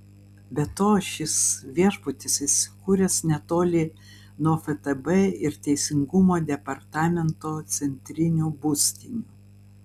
be to šis viešbutis įsikūręs netoli nuo ftb ir teisingumo departamento centrinių būstinių